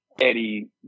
Eddie